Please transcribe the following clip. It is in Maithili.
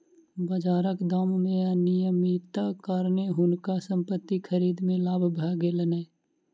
बाजारक दाम मे अनियमितताक कारणेँ हुनका संपत्ति खरीद मे लाभ भ गेलैन